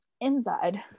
inside